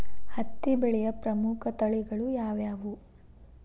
ಹತ್ತಿ ಬೆಳೆಯ ಪ್ರಮುಖ ತಳಿಗಳು ಯಾವ್ಯಾವು?